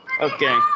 Okay